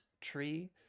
tree